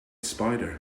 spider